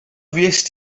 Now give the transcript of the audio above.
fuest